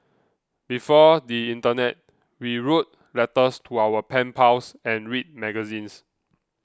before the internet we wrote letters to our pen pals and read magazines